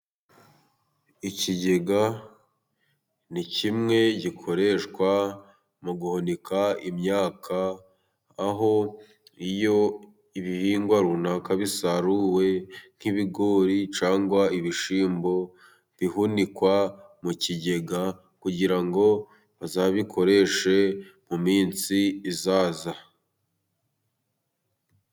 Ikigega ni kimwe gikoreshwa mu guhunika imyaka, aho iyo ibihingwa runaka bisaruwe nk'ibigori cyangwa ibishyimbo bihunikwa mu kigega kugira ngo bazabikoreshe mu minsi izaza.